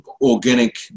organic